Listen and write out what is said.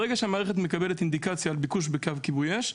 ברגע שהמערכת מקבלת אינדיקציה על ביקוש בקו כיבוי אש,